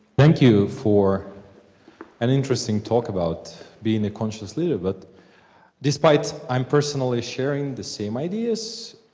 thank you for an interesting talk about being a conscious leader. but despite i'm personally sharing the same ideas,